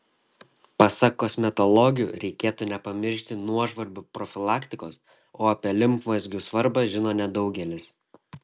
pasak kosmetologių reikėtų nepamiršti nuožvarbų profilaktikos o apie limfmazgių svarbą žino nedaugelis